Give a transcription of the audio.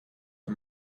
the